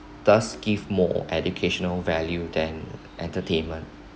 does give more educational value than entertainment